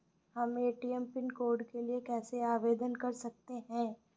हम ATM pin code के लिए कैसे आवेदन कर सकते हैं?